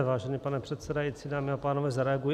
Vážený pane předsedající, dámy a pánové, zareaguji.